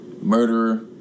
murderer